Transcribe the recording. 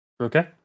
Okay